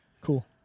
Cool